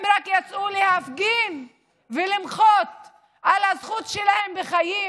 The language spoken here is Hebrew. הם רק יצאו להפגין ולמחות על הזכות שלהם בחיים.